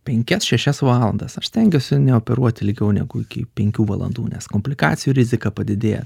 penkias šešias valandas aš stengiuosi neoperuoti ilgiau negu iki penkių valandų nes komplikacijų rizika padidėja